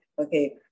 okay